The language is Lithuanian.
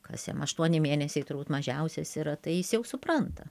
kas jam aštuoni mėnesiai turbūt mažiausias yra tai jis jau supranta